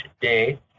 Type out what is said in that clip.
today